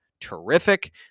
terrific